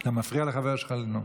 אתה מפריע לחבר שלך לנאום.